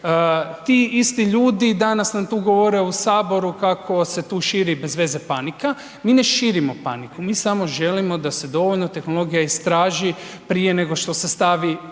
Ti isti ljudi danas nam tu govore u Saboru kako se tu širi bezveze panika. Mi ne širimo paniku, lmi samo želimo da se dovoljno tehnologija istraži prije nego što se stavi